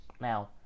Now